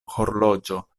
horloĝo